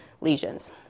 lesions